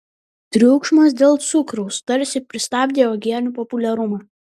triukšmas dėl cukraus tarsi pristabdė uogienių populiarumą